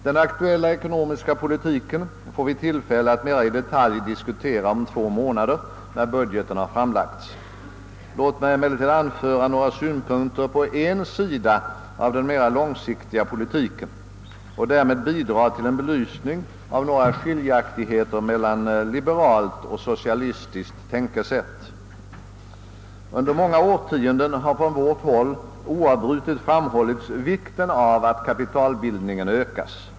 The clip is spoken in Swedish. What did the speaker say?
Den aktuella ekonomiska politiken får vi tillfälle att mera i detalj diskutera om två månader, när budgeten har framlagts. Låt mig emellertid anföra några synpunkter på en sida av den mera långsiktiga politiken och därmed bidraga till en belysning av några skiljaktigheter mellan liberalt och socialistiskt tänkesätt. Under många årtionden har från vårt håll oavbrutet framhållits vikten av att kapitalbildningen ökas.